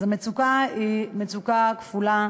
אז המצוקה היא מצוקה כפולה,